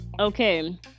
okay